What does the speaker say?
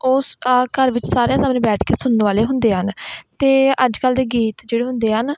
ਉਸ ਘਰ ਵਿੱਚ ਸਾਰਿਆਂ ਦੇ ਸਾਹਮਣੇ ਬੈਠ ਕੇ ਸੁਣਨ ਵਾਲੇ ਹੁੰਦੇ ਹਨ ਅਤੇ ਅੱਜ ਕੱਲ੍ਹ ਦੇ ਗੀਤ ਜਿਹੜੇ ਹੁੰਦੇ ਹਨ